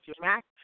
Mac